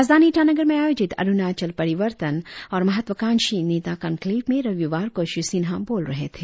राज्यधानी ईटानगर में आयोजित अरुणाचल परिवर्तन और महत्वकांक्षी नेता कनक्लेव में रविवार को श्री सिंन्हा बोल रहे थे